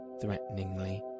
threateningly